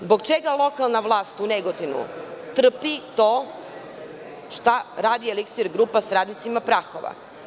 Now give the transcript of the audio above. Zbog čega lokalna vlast u Negotinu trpi to šta radi „Eliksir grupa“ sa radnicima Prahova?